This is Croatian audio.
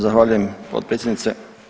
Zahvaljujem potpredsjednice.